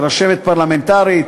רשמת פרלמנטרית,